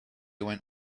went